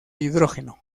hidrógeno